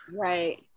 Right